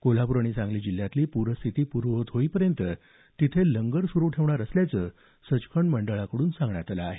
कोल्हापूर आणि सांगली जिल्ह्यातली पूर परिस्थिती पूर्ववत होईपर्यंत तिथे लंगर सुरू ठेवणार असल्याचं या सचखंड मंडळाकडून सांगण्यात आलं आहे